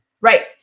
right